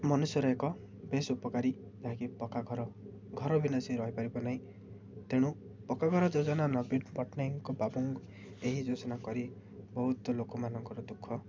ମନୁଷ୍ୟର ଏକ ବେଶ୍ ଉପକାରୀ ଯାହାକି ପକ୍କା ଘର ଘର ବିନା ସେ ରହିପାରିବ ନାହିଁ ତେଣୁ ପକ୍କା ଘର ଯୋଜନା ନବୀନ ପଟ୍ଟନାୟକଙ୍କ ବାବୁ ଏହି ଯୋଜନା କରି ବହୁତ ଲୋକମାନଙ୍କର ଦୁଃଖ